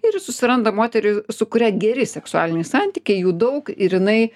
ir jis susiranda moterį su kuria geri seksualiniai santykiai jų daug ir jinai